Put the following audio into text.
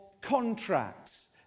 Contracts